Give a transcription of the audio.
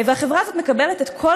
והחברה הזאת מקבלת את כל